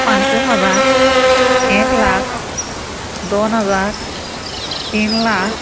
पंचवीस हजार एक लाख दोन हजार तीन लाख